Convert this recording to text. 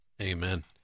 Amen